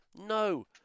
No